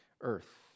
earth